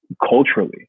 culturally